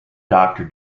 doctor